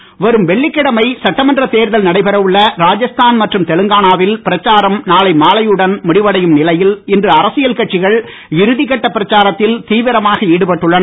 தேர்தல் வரும் வெள்ளிக்கிழமை சட்டமன்ற தேர்தல் நடைபெற உள்ள ராஜஸ்தான் மற்றும் தெலங்கானாவில் பிரச்சாரம் நாளை மாலையுடன் முடிவடையும் நிலையில் இன்று அரசியல் கட்சிகள் இறுதிகட்ட பிரச்சாரத்தில் தீவிரமாக ஈடுபட்டுள்ளன